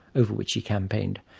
over which he campaigned,